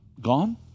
gone